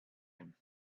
him